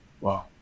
Wow